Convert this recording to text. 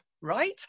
right